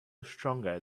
stronger